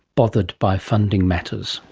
bothered by funding matters.